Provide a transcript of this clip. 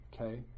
okay